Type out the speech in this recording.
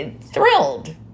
Thrilled